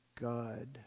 God